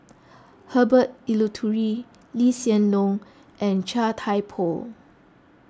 Herbert Eleuterio Lee Hsien Loong and Chia Thye Poh